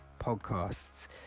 Podcasts